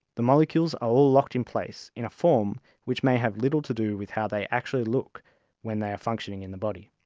the molecules are all locked in place in a form which may have little to do with how they actually look when they are functioning in the body.